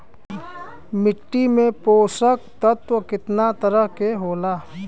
मिट्टी में पोषक तत्व कितना तरह के होला?